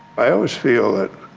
i always feel that